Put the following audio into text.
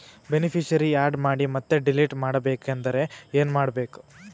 Beneficiary, add ಮಾಡಿ ಮತ್ತೆ delete ಮಾಡಬೇಕೆಂದರೆ ಏನ್ ಮಾಡಬೇಕು?